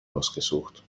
ausgesucht